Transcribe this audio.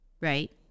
right